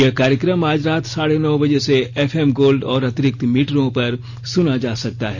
यह कार्यक्रम आज रात साढे नौ बजे से एफएम गोल्ड और अतिरिक्त मीटरों पर सुना जा सकता है